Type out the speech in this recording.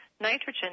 nitrogen